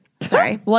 Sorry